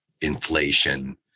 inflation